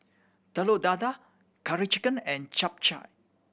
Telur Dadah Curry Chicken and Chap Chai